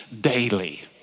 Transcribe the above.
daily